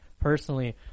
personally